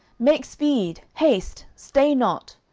make speed, haste, stay not.